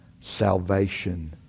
salvation